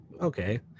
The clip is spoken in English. okay